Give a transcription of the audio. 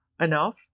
enough